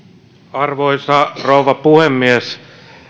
arvoisa rouva puhemies